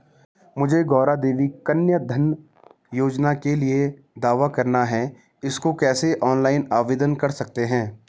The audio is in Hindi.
मुझे गौरा देवी कन्या धन योजना के लिए दावा करना है इसको कैसे ऑनलाइन आवेदन कर सकते हैं?